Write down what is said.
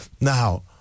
Now